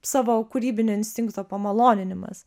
savo kūrybinio instinkto pamaloninimas